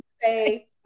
say